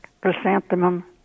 chrysanthemum